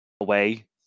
away